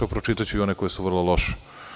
Pročitaću i one koje su vrlo loše.